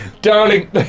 Darling